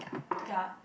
ya